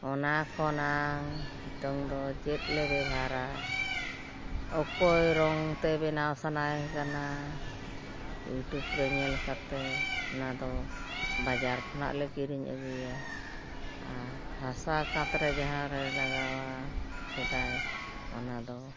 ᱚᱱᱟ ᱠᱷᱚᱱᱟᱜ ᱱᱤᱛᱳᱜ ᱫᱚ ᱪᱮᱫ ᱞᱮ ᱵᱮᱵᱷᱟᱨᱟ ᱚᱠᱚᱭ ᱨᱚᱝᱼᱛᱮ ᱵᱮᱱᱟᱣ ᱥᱟᱱᱟᱭ ᱠᱟᱱᱟ ᱤᱭᱩᱴᱩᱵᱽ ᱨᱮ ᱧᱮᱞ ᱠᱟᱛᱮ ᱚᱱᱟᱫᱚ ᱵᱟᱡᱟᱨ ᱠᱷᱚᱱᱟᱜ ᱞᱮ ᱠᱤᱨᱤᱧ ᱟᱹᱜᱩᱭᱟ ᱟᱨ ᱦᱟᱥᱟ ᱠᱟᱸᱛ ᱨᱮ ᱡᱟᱦᱟᱸᱞᱮ ᱞᱟᱜᱟᱣᱟ ᱥᱮᱫᱟᱭ ᱚᱱᱟᱫᱚ